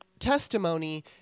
testimony